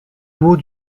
mots